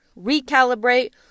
recalibrate